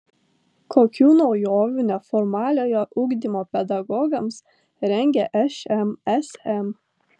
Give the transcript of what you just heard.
kokių naujovių neformaliojo ugdymo pedagogams rengia šmsm